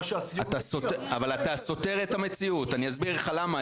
אבל אתה סותר את המציאות אני אסביר לך למה,